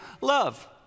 love